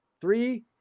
three